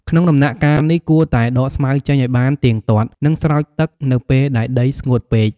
ក្នុងដំណាក់កាលនេះ គួរតែដកស្មៅចេញឱ្យបានទៀងទាត់ និងស្រោចទឹកនៅពេលដែលដីស្ងួតពេក។